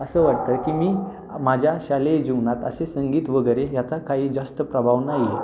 असं वाटतं की मी माझ्या शालेय जीवनात असे संगीत वगैरे याचा काही जास्त प्रभाव नाही आहे